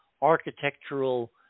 architectural